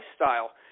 lifestyle